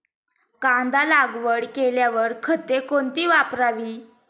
कांदा लागवड केल्यावर खते कोणती वापरावी?